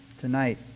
tonight